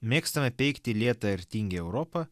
mėgstame peikti lėtą ir tingią europą